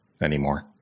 anymore